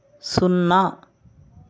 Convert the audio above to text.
సున్నా